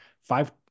five